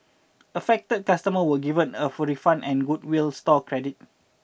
affected customers were given a full refund and goodwill store credit